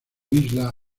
isla